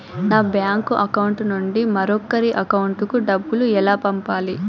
నా bank account నుండి మరొకరి అకౌంట్ కు డబ్బులు ఎలా పంపాలి